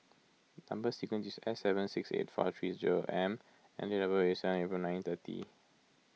Number Sequence is S seven six eight four three zero M and date of birth is seven April nineteen thirty